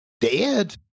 dead